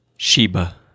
Sheba